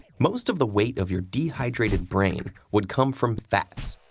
most of the weight of your dehydrated brain would come from fats,